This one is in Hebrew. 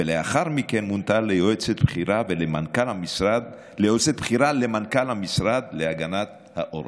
ולאחר מכן מונתה ליועצת בכירה למנכ"ל המשרד להגנת העורף.